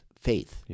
faith